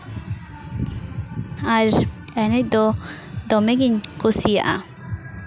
ᱟᱨ ᱮᱱᱮᱡ ᱫᱚ ᱫᱚᱢᱮ ᱜᱤᱧ ᱠᱩᱥᱤᱭᱟᱜᱼᱟ